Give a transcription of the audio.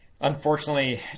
unfortunately